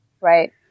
right